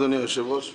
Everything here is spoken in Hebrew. אדוני היושב-ראש,